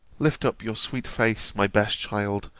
lift up your sweet face, my best child,